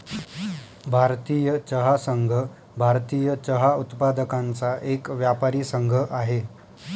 भारतीय चहा संघ, भारतीय चहा उत्पादकांचा एक व्यापारी संघ आहे